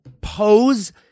pose